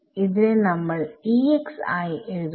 ഇതിനെ നമ്മൾ ആയി എഴുതുന്നു